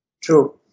True